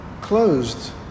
closed